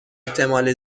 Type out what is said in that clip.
احتمال